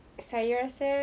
saya rasa